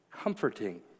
comforting